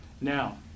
Now